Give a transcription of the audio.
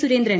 Surendran